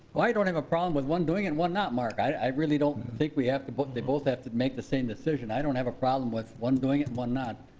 i don't have a problem with one doing and one not, mark. i really don't think we have to put, they both have to make the same decision. i don't have a problem with one doing it and one not.